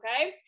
okay